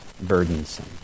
burdensome